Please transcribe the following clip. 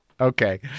okay